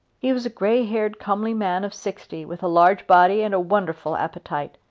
he was a grey-haired comely man of sixty, with a large body and a wonderful appetite.